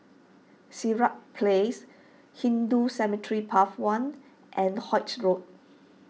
Sirat Place Hindu Cemetery Path one and Holts Road